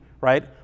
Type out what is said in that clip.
right